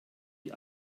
die